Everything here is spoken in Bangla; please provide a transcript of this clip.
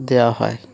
দেওয়া হয়